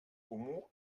comú